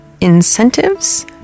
incentives